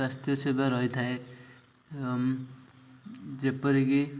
ସ୍ୱାସ୍ଥ୍ୟ ସେବା ରହିଥାଏ ଯେପରିକି